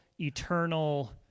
eternal